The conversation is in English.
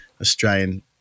Australian